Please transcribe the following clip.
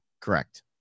correct